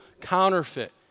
counterfeit